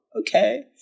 okay